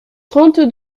trente